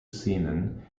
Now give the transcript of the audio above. szenen